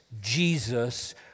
Jesus